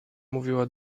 mówiła